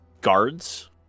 guards